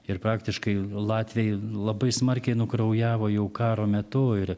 ir praktiškai latviai labai smarkiai nukraujavo jau karo metu ir